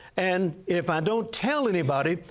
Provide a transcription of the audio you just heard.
and if i don't tell anybody,